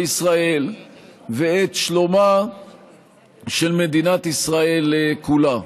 ישראל ואת שלומה של מדינת ישראל כולה.